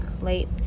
late